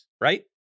right